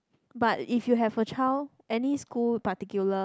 but if you have a child any school in particular